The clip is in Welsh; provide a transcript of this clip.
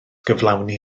gyflawni